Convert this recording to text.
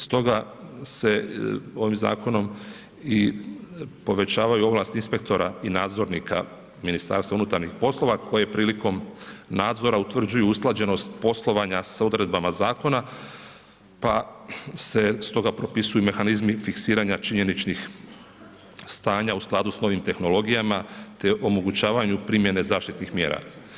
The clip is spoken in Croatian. Stoga se ovim zakonom i povećavaju ovlasti inspektora i nadzornika MUP-a koje prilikom nadzora utvrđuju usklađenost poslovanja sa odredbama zakona pa se stoga propisuju i mehanizmi fiksiranja činjeničnih stanja u skladu sa novim tehnologijama te omogućavanju primjene zaštitnih mjera.